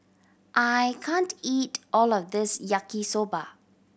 I can't eat all of this Yaki Soba